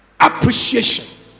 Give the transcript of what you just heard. Appreciation